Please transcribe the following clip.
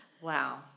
Wow